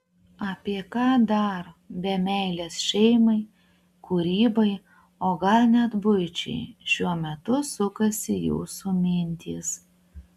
apie ką dar be meilės šeimai kūrybai o gal net buičiai šiuo metu sukasi jūsų mintys